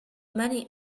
many